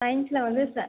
சயின்ஸில் வந்து ச